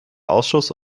ausschuss